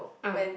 ah